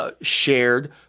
Shared